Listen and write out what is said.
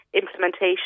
implementation